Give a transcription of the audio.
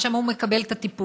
שם הוא מקבל את הטיפול,